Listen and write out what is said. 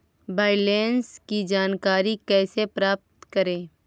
Balance की जानकारी कैसे प्राप्त करे?